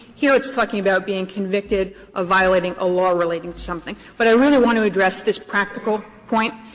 here it's talking about being convicted of violating a law relating to something. but i really want to address this practical point,